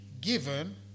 given